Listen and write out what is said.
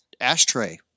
ashtray